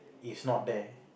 is not there